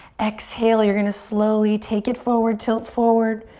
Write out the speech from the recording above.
exhale. you're gonna slowly take it forward, tilt forward.